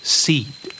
seed